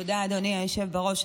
תודה, אדוני היושב בראש.